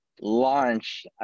launch